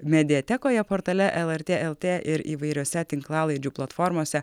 mediatekoje portale el er tė el te ir įvairiose tinklalaidžių platformose